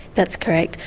that's correct.